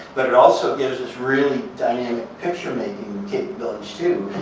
but it also gives us really dynamic picture-making capabilities, too.